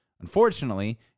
Unfortunately